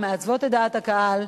או מעצבות את דעת הקהל,